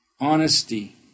honesty